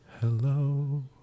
Hello